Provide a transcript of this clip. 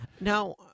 Now